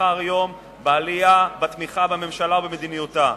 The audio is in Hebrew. אחר יום בעלייה בתמיכה בממשלה ובמדיניותה.